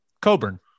Coburn